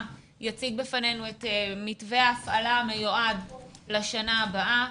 יציג בפנינו את מתווה ההפעלה המיועד לשנה הבאה,